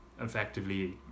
effectively